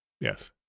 Yes